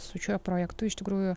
su šiuo projektu iš tikrųjų